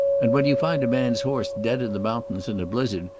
and when you find a man's horse dead in the mountains in a blizzard,